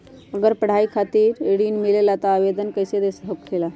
अगर पढ़ाई खातीर ऋण मिले ला त आवेदन कईसे देवे के होला?